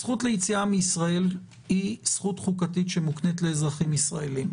הזכות ליציאה מישראל היא זכות חוקתית שמוקנית לאזרחים ישראלים,